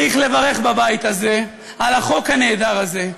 ולכן צריך לברך בבית הזה על החוק הנהדר הזה,